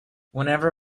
whenever